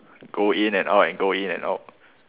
go in and out and go in and out